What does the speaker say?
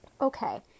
Okay